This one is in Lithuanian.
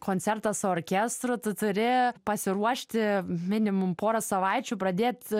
koncertą su orkestru tu turi pasiruošti minimum porą savaičių pradėt